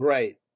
Right